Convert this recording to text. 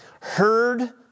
heard